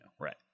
right